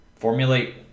formulate